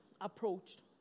approached